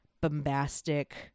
bombastic